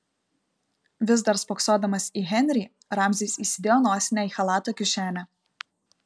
vis dar spoksodamas į henrį ramzis įsidėjo nosinę į chalato kišenę